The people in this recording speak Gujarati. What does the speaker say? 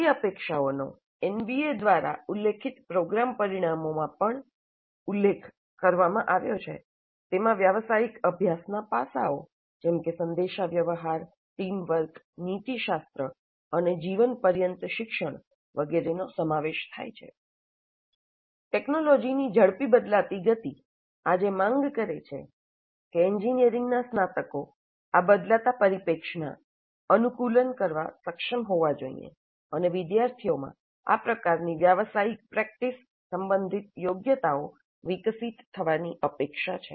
આવી અપેક્ષાઓ નો એનબીએ દ્વારા ઉલ્લેખિત પ્રોગ્રામ પરિણામોમાં પણ ઉલ્લેખ કરવામાં આવ્યો છે તેમાં વ્યાવસાયિક અભ્યાસના પાસાઓ જેમ કે મેં હમણાં જ ઉલ્લેખ કર્યો છે જેમ કે સંદેશાવ્યવહાર ટીમ વર્ક નીતિશાસ્ત્ર અને જીવન પર્યંત શિક્ષણ વગેરે નો સમાવેશ થાય છે ટેક્નોલોજીની ઝડપી બદલાતી ગતિ આજે માંગ કરે છે કે એન્જિનિયરિંગના સ્નાતકો આ બદલાતા પરિપ્રેક્ષ્યમાં અનુકૂલન કરવા સક્ષમ હોવા જોઈએ અને વિદ્યાર્થીઓમાં આ પ્રકારની વ્યાવસાયિક પ્રેક્ટિસ સંબંધિત યોગ્યતાઓ વિકસિત થવાની અપેક્ષા છે